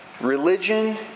religion